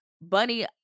Bunny